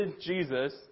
Jesus